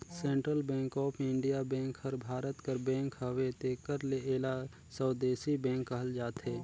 central bank of India bank हर भारत कर bank हवे तेकर ले एला स्वदेसी बेंक कहल जाथे